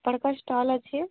ଆପଣଙ୍କ ଷ୍ଟଲ୍ ଅଛି